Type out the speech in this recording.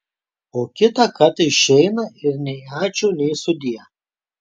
o kitą kartą išeina ir nei ačiū nei sudie